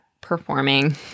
performing